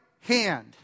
hand